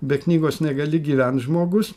be knygos negali gyvent žmogus